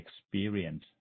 experience